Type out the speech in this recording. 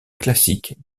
classiques